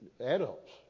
adults